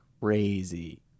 crazy